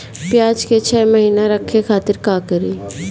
प्याज के छह महीना रखे खातिर का करी?